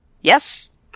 Yes